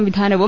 സുംവിധാനവും